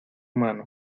mano